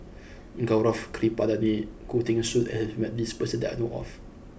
Gaurav Kripalani and Khoo Teng Soon has met this person that I know of